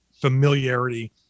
familiarity